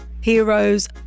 heroes